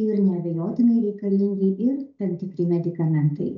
ir neabejotinai reikalingi ir tam tikri medikamentai